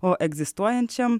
o egzistuojančiam